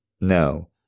No